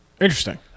Interesting